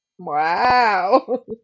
Wow